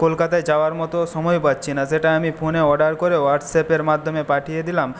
কলকাতায় যাওয়ার মতো সময়ও পাচ্ছি না সেটা আমি ফোনে অর্ডার করে হোয়াটসঅ্যাপের মাধ্যমে পাঠিয়ে দিলাম